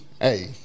Hey